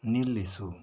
ನಿಲ್ಲಿಸು